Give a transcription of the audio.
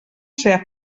ser